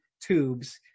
tubes